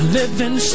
living